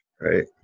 Right